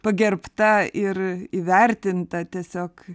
pagerbta ir įvertinta tiesiog